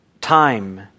time